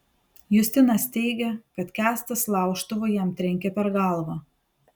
justinas teigia kad kęstas laužtuvu jam trenkė per galvą